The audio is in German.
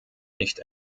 nicht